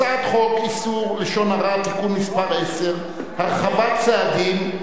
הצעת חוק איסור לשון הרע (תיקון מס' 10) (הרחבת סעדים),